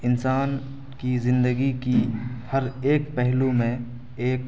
انسان کی زندگی کی ہر ایک پہلو میں ایک